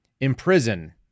imprison